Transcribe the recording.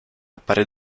appare